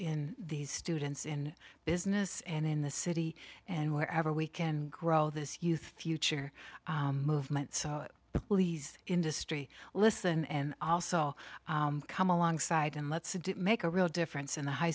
in these students in business and in the city and wherever we can grow this youth future movement so please industry listen and also come alongside and let's make a real difference in the high